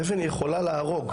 אבן יכולה להרוג.